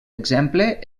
exemple